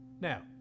Now